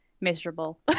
miserable